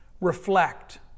reflect